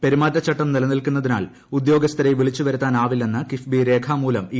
പെരുമാറ്റച്ചട്ടം നിലനിൽക്കുന്നതിനാൽ ഉദ്യോഗസ്ഥരെ വിളിച്ചു വരുത്താനാവില്ലെന്ന് കി ്ഫ്ബി രേഖാമൂലം ഇ